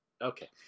Okay